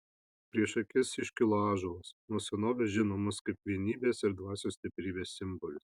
prieš akis iškilo ąžuolas nuo senovės žinomas kaip vienybės ir dvasios stiprybės simbolis